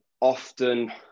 often